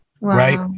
right